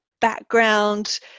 background